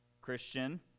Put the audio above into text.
Christian